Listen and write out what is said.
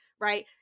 right